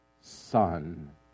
Son